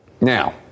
Now